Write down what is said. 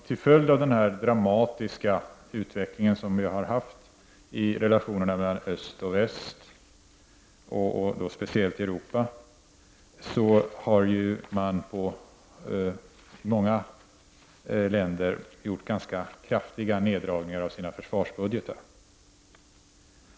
Till följd av den dramatiska utveckling som ägt rum i relationerna mellan öst och väst, speciellt i Europa, har man i många länder gjort ganska kraftiga neddragningar av sina försvarsbudgetar.